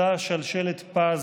אותה "שלשלת פז",